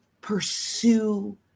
Pursue